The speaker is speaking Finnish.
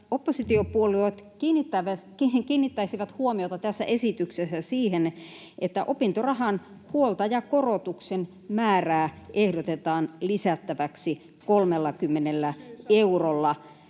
oppositiopuolueet kiinnittäisivät huomiota tässä esityksessä siihen, että opintorahan huoltajakorotuksen määrää ehdotetaan lisättäväksi 30 eurolla.